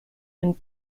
and